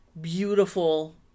beautiful